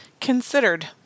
considered